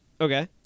Okay